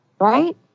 right